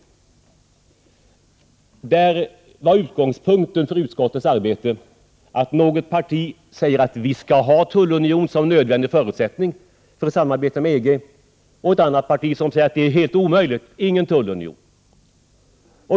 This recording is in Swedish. Där var utgångspunkten för utskottets arbete att något parti säger att en tullunion är en nödvändig förutsättning för ett samarbete med EG. Ett annat parti säger att det är helt omöjligt med en tullunion.